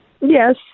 yes